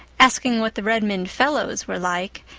asking what the redmond fellows were like,